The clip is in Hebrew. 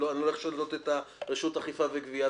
אני לא הולך לשנות את רשות האכיפה והגבייה,